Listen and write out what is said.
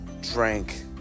drank